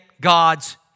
God's